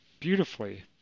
beautifully